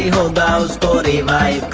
will download it